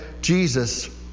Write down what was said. Jesus